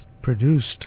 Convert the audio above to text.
produced